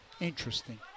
Interesting